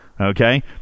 Okay